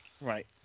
Right